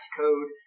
code